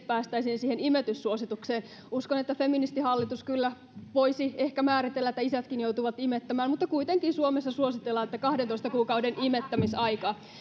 päästäisiin edes siihen imetyssuositukseen uskon että feministihallitus kyllä voisi ehkä määritellä että isätkin joutuvat imettämään mutta kuitenkin suomessa suositellaan kahdentoista kuukauden imettämisaikaa